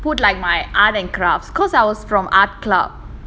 put like my art and crafts because I was from art club